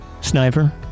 Sniper